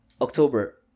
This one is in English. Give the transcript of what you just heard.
October